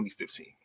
2015